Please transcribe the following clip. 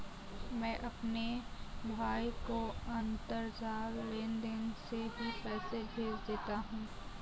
मैं अपने भाई को अंतरजाल लेनदेन से ही पैसे भेज देता हूं